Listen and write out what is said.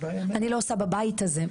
אני לא עושה בבית הזה,